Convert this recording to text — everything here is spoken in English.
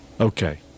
Okay